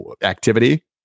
activity